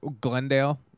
Glendale